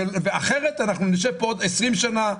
אחרת אנחנו נשב פה עוד 20 שנים,